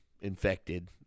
infected